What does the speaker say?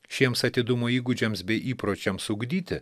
šiems atidumo įgūdžiams bei įpročiams ugdyti